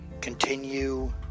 continue